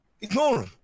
Ignore